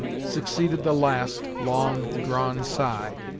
succeeded the last, long drawn sigh,